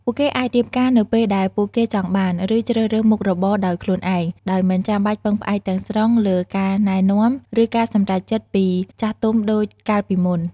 ពួកគេអាចរៀបការនៅពេលដែលពួកគេចង់បាន ឬជ្រើសរើសមុខរបរដោយខ្លួនឯង ដោយមិនចាំបាច់ពឹងផ្អែកទាំងស្រុងលើការណែនាំ ឬការសម្រេចចិត្តពីចាស់ទុំដូចកាលពីមុន។